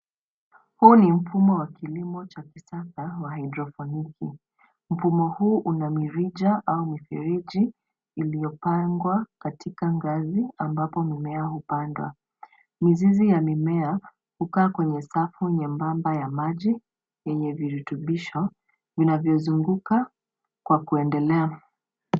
Huu ni mfumo wa kilimo cha kisasa wa haidroponiki. Mfumo huu una mirija au mifereji iliyopangwa katika ngazi ambapo mimea hupandwa. Mizizi ya mimea hukaa kwenye sakafu nyembamba ya maji yenye virutubisho inavyozunguka kwa kuendelea.